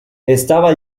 estaba